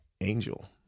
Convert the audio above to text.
angel